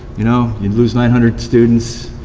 you know you lose nine hundred students,